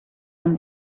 own